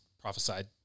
prophesied